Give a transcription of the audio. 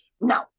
No